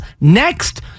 next